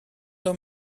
dans